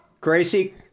Gracie